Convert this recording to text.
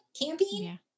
camping